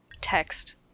text